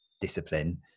discipline